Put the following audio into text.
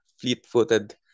Fleet-footed